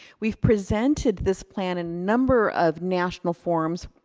we've presented this plan in a number of national forums,